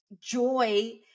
joy